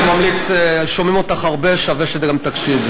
אני ממליץ, שומעים אותך הרבה, שווה שאת גם תקשיבי.